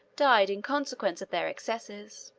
died in consequence of their excesses.